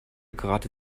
gerade